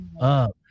up